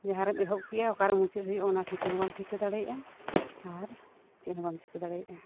ᱡᱟᱦᱟᱸ ᱨᱮᱢ ᱮᱦᱚᱵ ᱠᱮᱜᱼᱟ ᱚᱠᱟᱨᱮ ᱢᱩᱪᱟᱹᱫ ᱦᱩᱭᱩᱜᱼᱟ ᱚᱱᱟ ᱴᱷᱤᱠᱟᱹ ᱦᱚᱸᱵᱟᱢ ᱴᱷᱤᱠᱟᱹ ᱫᱟᱲᱮᱭᱟᱜᱼᱟ ᱟᱨ ᱪᱮᱫ ᱦᱚᱸ ᱵᱟᱢ ᱪᱤᱠᱟᱹ ᱫᱟᱲᱮᱭᱟᱜᱼᱟ